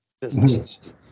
businesses